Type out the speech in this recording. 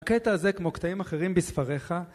הקטע הזה כמו קטעים אחרים בספריך